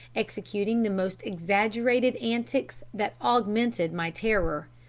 executing the most exaggerated antics that augmented my terror.